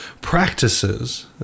practices